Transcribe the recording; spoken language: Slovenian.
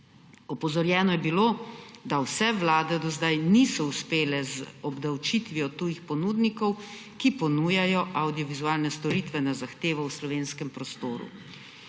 Opozorjeno je bilo, da vse vlade do sedaj niso uspele z obdavčitvijo tujih ponudnikov, ki ponujajo avdiovizualne storitve na zahtevo v slovenskem prostoru.